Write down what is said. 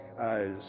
eyes